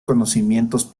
conocimientos